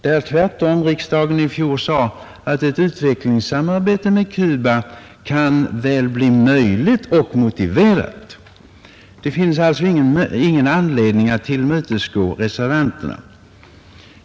Tvärtom sade riksdagen i fjol att ett utvecklingssamarbete med Cuba kan bli möjligt och motiverat. Det finns alltså ingen anledning att tillmötesgå reservanterna.